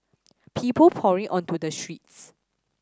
people pouring onto the streets